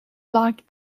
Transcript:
like